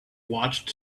watched